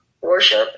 worship